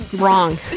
wrong